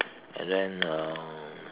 and then um